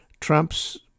Trump's